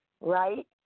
right